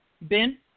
Ben